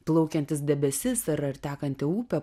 plaukiantis debesis ar tekanti upė